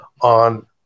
on